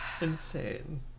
insane